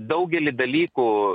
daugelį dalykų